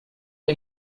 the